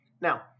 Now